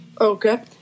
Okay